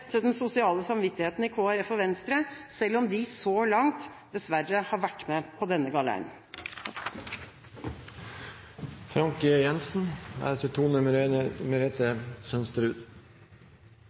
til den sosial samvittigheten i Kristelig Folkeparti og Venstre, selv om de så langt dessverre har vært med på denne galeien.